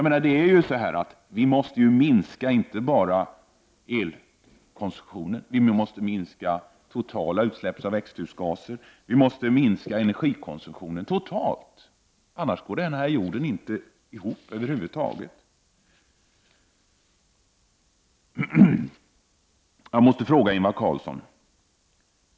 Men vi måste ju minska inte bara elkonsumtionen, utan vi måste minska de totala utsläppen av växthusgaser, och vi måste minska energikonsumtionen totalt, annars kommer denna jord inte att klara sig över huvud taget. Jag måste ställa en fråga till Ingvar Carlsson.